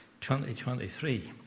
2023